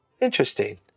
interesting